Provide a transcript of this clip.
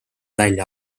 välja